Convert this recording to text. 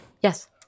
Yes